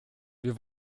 wir